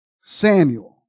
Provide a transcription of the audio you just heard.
Samuel